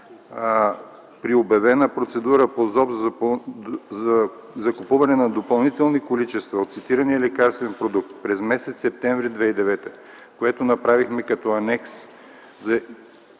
за обществените поръчки за закупуване на допълнителни количества от цитирания лекарствен продукт през м. септември 2009 г., което направихме като анекс за